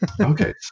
okay